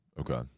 Okay